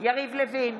יריב לוין,